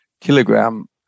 kilogram